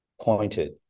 pointed